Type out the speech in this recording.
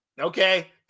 Okay